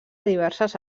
diverses